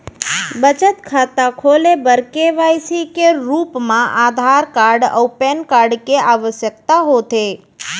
बचत खाता खोले बर के.वाइ.सी के रूप मा आधार कार्ड अऊ पैन कार्ड के आवसकता होथे